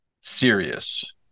serious